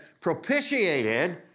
propitiated